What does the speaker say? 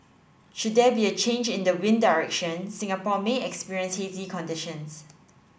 should there be a change in the wind direction Singapore may experience hazy conditions